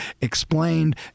explained